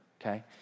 okay